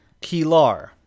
Kilar